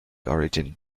origin